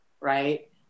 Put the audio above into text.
Right